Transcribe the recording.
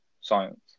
science